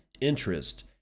interest